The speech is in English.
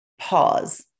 pause